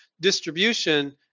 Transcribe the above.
distribution